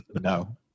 no